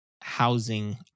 housing